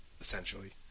essentially